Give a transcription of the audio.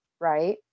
right